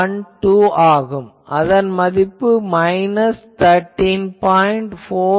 212 ஆகும் அதன் மதிப்பு மைனஸ் 13